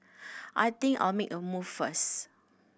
I think I'll make a move first